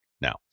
now